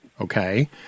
okay